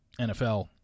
NFL